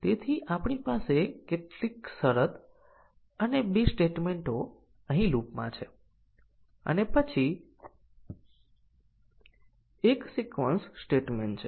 તેથી આ condition testing કેટલીક ખામીઓ એ ટેસ્ટીંગ ના કેસોની નિરર્થકતા છે